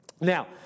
Now